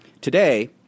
Today